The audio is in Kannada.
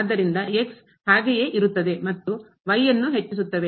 ಆದ್ದರಿಂದ ಹಾಗೆಯೇ ಇರುತ್ತದೆ ಮತ್ತು ಅನ್ನು ಹೆಚ್ಚಿಸುತ್ತವೆ